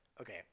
okay